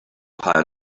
hire